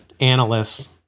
analysts